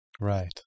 Right